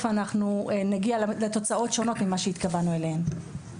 אנחנו נגיע לתוצאות שונות מאלה שהתכוונו אליהן.